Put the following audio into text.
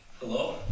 Hello